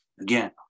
again